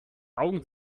augen